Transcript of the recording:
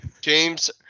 James